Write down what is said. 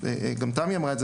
וגם תמי אמרה את זה,